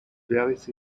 various